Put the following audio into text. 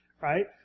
right